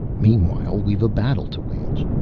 meanwhile, we've a battle to wage.